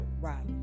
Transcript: Right